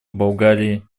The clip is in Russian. болгарии